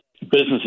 businesses